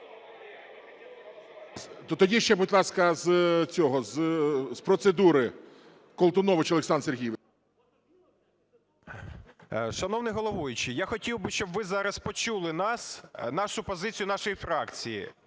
Шановний головуючий, я хотів би, щоб ви зараз почули нас, нашу позицію нашої фракції.